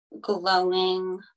glowing